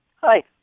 Hi